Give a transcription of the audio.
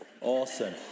Awesome